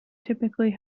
typically